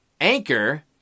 Anchor